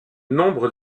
nombre